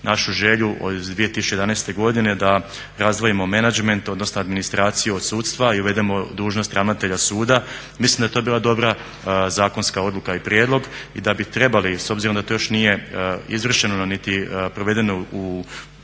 našu želju iz 2011. godine da razdvojimo menadžment odnosno administraciju od sudstva i uvedemo dužnost ravnatelja suda. Mislim da je to bila dobra zakonska odluka i prijedlog i da bi trebali s obzirom da to još nije izvršeno niti provedeno u